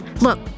Look